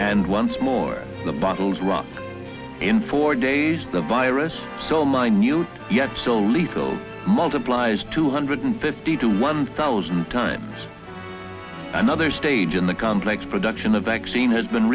and once more the bottles rock in four days the virus so minute yet so lethal multiplies two hundred fifty to one thousand times another stage in the complex production of vaccine has been